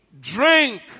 Drink